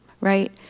right